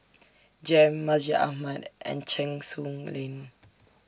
Jem Masjid Ahmad and Cheng Soon Lane